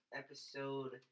episode